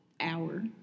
hour